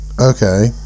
Okay